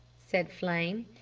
said flame.